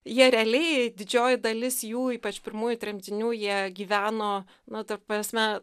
jie realiai didžioji dalis jų ypač pirmųjų tremtinių jie gyveno na ta prasme